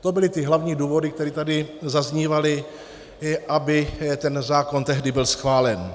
To byly hlavní důvody, které tady zaznívaly, aby ten zákon tehdy byl schválen.